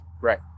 Right